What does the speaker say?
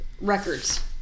records